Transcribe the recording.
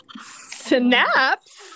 Snaps